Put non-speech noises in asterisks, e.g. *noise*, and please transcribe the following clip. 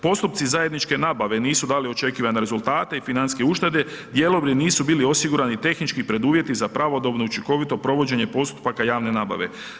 Postupci zajedničke nabave nisu dali očekivane rezultate i financijske uštede, ... *unintelligible* nisu bili osigurani tehnički preduvjeti za pravodobno i učinkovito provođenje postupaka javne nabave.